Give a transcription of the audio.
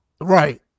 Right